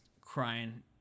crying